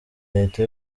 leta